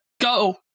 go